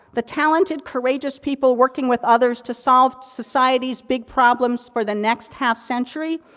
the talented courageous people working with others to solve society's big problems for the next half-century,